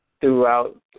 throughout